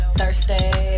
Thursday